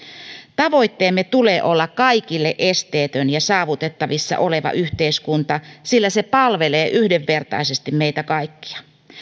tavoitteemme tulee olla kaikille esteetön ja saavutettavissa oleva yhteiskunta sillä se palvelee yhdenvertaisesti meitä kaikkia